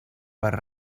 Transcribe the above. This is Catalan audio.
per